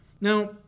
Now